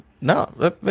No